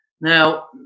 Now